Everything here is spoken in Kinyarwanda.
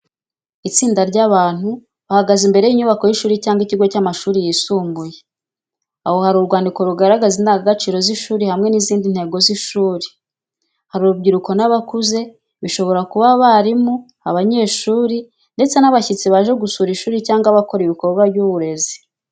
Itsinda ry’abantu bahagaze imbere y’inyubako y’ishuri cyangwa ikigo cy’amashuri yisumbuye aho hari urwandiko rugaragaza indangagaciro z’ishuri hamwe n’izindi ntego z’ishuri. Hari urubyiruko n’abakuze bishobora kuba abarimu, abanyeshuri, ndetse n’abashyitsi baje gusura ishuri cyangwa bakora ibikorwa by’uburezi.